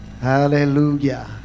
Hallelujah